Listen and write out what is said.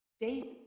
David